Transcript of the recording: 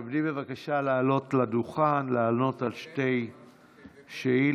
תתכבדי בבקשה לעלות לדוכן לענות על שתי שאילתות,